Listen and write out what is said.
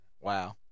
Wow